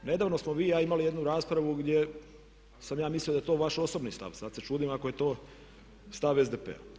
Nedavno smo vi i ja imali jednu raspravu gdje sam ja mislio da je to vaš osobni stav, sada se čudim ako je to stav SDP-a.